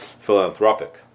philanthropic